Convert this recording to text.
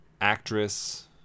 actress